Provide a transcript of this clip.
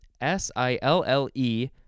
S-I-L-L-E